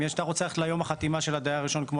אם יש --- ליום החתימה של הדייר הראשון כמו